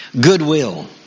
Goodwill